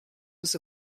was